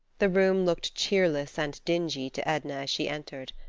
the room looked cheerless and dingy to edna as she entered.